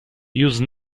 use